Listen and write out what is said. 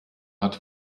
hat